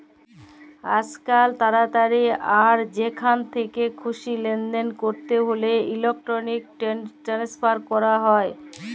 আইজকাল তাড়াতাড়ি আর যেখাল থ্যাকে খুশি লেলদেল ক্যরতে হ্যলে ইলেকটরলিক টেনেসফার ক্যরা হয়